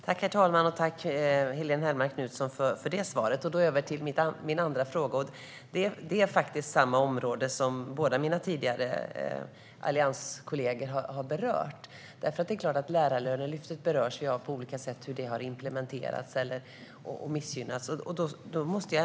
Herr talman! Jag tackar Helene Hellmark Knutsson för svaret och går över till min andra fråga. Den rör något som mina allianskollegor tidigare har berört. Lärarlönelyftet berörs ju på olika sätt av hur det har implementerats eller missgynnats.